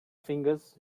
fingers